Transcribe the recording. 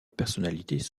personnalités